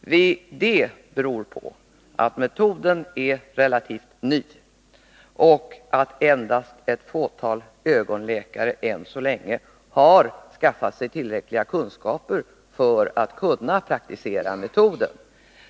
Detta beror i sin tur på att metoden är relativt ny och att hittills endast ett fåtal ögonläkare har skaffat sig tillräckliga kunskaper för att kunna praktisera den.